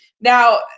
Now